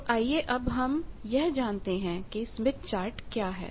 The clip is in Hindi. तो आइएअब हम यह जानते हैं कि स्मिथ चार्ट क्या है